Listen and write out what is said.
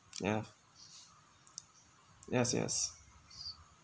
yes yes yes